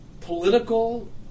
political